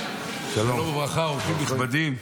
שלום וברכה, אורחים נכבדים.